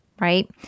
Right